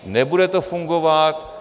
Nebude to fungovat.